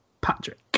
Patrick